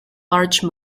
large